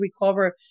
recover